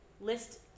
List